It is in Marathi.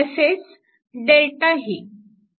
तसेच Δही